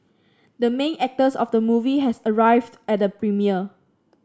the main actors of the movie has arrived at the premiere